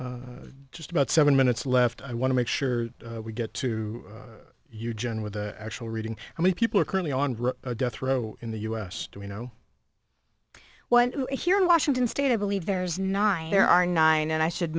just about seven minutes left i want to make sure we get to you john with the actual reading how many people are currently on death row in the u s do we know well here in washington state i believe there's nine there are nine and i should